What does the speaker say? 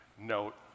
note